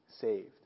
saved